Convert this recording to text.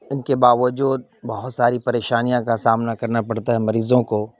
ان کے باوجود بہت ساری پریشانیاں کا سامنا کرنا پڑتا ہے مریضوں کو